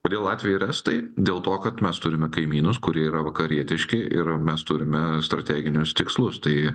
kodėl latviai ir estai dėl to kad mes turime kaimynus kurie yra vakarietiški ir mes turime strateginius tikslus tai